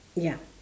ya